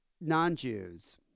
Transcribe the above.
non-Jews